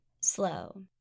Slow